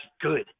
good